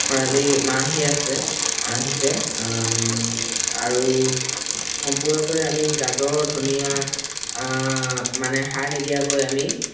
খৰালি মাহ আহি আছে আহিছে আৰু সম্পূৰ্ণকৈ আমি গাজৰ ধনীয়া মানে সাৰ নিদিয়াকৈ আমি